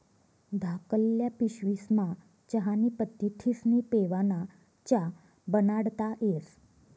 धाकल्ल्या पिशवीस्मा चहानी पत्ती ठिस्नी पेवाना च्या बनाडता येस